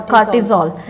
Cortisol